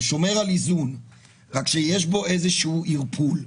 הוא שומר על איזון, רק יש פה איזשהו ערפול.